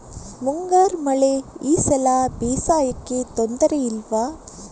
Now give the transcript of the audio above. ಮುಂಗಾರು ಮಳೆ ಈ ಸಲ ಬೇಸಾಯಕ್ಕೆ ತೊಂದರೆ ಇಲ್ವ?